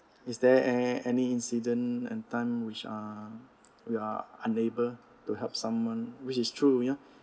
is there an~ any incident and time which are we are unable to help someone which is true you know